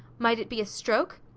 might it be a stroke?